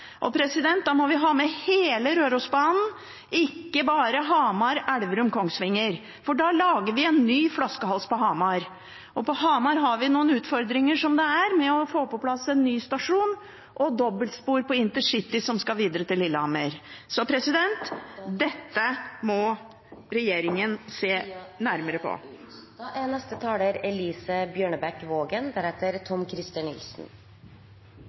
Da må vi ha med hele Rørosbanen, ikke bare Hamar–Elverum–Kongsvinger, for da lager vi en ny flaskehals på Hamar. På Hamar har vi noen utfordringer som det er, med å få på plass en ny stasjon og dobbeltspor på intercity, som skal videre til Lillehammer. Dette må regjeringen se nærmere på. God og effektiv transport er